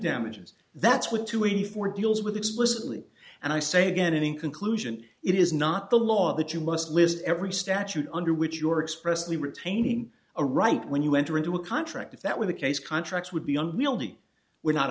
damages that's what two eighty four deals with explicitly and i say again in conclusion it is not the law that you must list every statute under which your expressly retaining a right when you enter into a contract if that were the case contracts would be unwieldy we're not